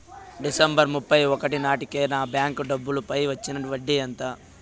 December ముప్పై ఒకటి నాటేకి నా బ్యాంకు డబ్బుల పై వచ్చిన వడ్డీ ఎంత?